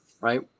right